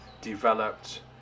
developed